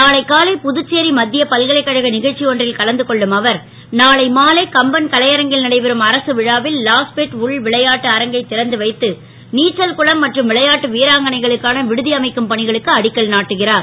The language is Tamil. நாளை காலை புதுச்சேரி மத் ய பல்கலைக்கழக க ச்சி ஒன்றில் கலந்து கொள்ளும் அவர் நாளை மாலை கம்பன் கலையரங்கில் நடைபெறும் அரசு விழாவில் லாஸ்பேட் உள்விளையாட்டு அரங்கை றந்து வைத்து நீச்சல் குளம் மற்றும் விளையாட்டு வீராங்கனைகளுக்கான விடு அமைக்கும் பணிகளுக்கு அடிக்கல் நாட்டுகிறார்